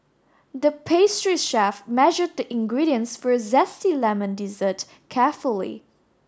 the pastry chef measured the ingredients for a zesty lemon dessert carefully